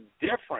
different